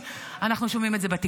אנחנו רואים אותו משתקף בהפגנות הימין,